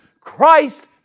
Christ